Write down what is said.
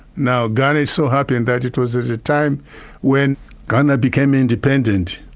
now ghana is so happy and that it was at a time when ghana became independent,